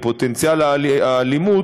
עם פוטנציאל האלימות,